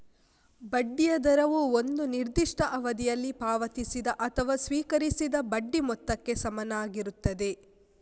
ಬಡ್ಡಿಯ ದರವು ಒಂದು ನಿರ್ದಿಷ್ಟ ಅವಧಿಯಲ್ಲಿ ಪಾವತಿಸಿದ ಅಥವಾ ಸ್ವೀಕರಿಸಿದ ಬಡ್ಡಿ ಮೊತ್ತಕ್ಕೆ ಸಮಾನವಾಗಿರುತ್ತದೆ